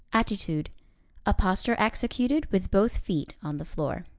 attitude a posture executed with both feet on the floor.